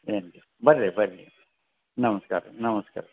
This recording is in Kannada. ಹೆಂಗೆ ಬರ್ರಿ ಬರ್ರಿ ನಮಸ್ಕಾರ ರೀ ನಮಸ್ಕಾರ ರೀ